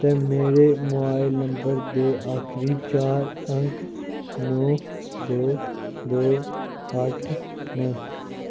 ते मेरे mobile number दे आखरी चार अंक नौ दो दो अट्ठ न